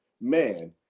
Man